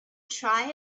tried